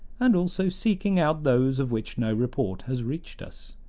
and also seeking out those of which no report has reached us.